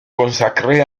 consacré